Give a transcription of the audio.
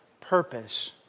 purpose